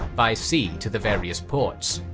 by sea to the various ports.